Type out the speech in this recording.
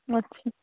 मस्त छी